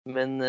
Men